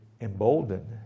emboldened